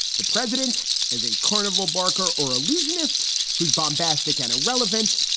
the president is a carnival barker or illusionist who's bombastic and irrelevant.